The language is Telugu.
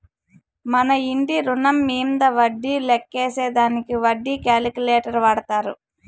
మన ఇంటి రుణం మీంద వడ్డీ లెక్కేసే దానికి వడ్డీ క్యాలిక్యులేటర్ వాడతారు